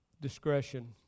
discretion